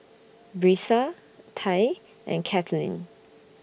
Brisa Tye and Katelyn